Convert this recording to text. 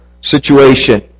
situation